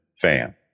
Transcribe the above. fan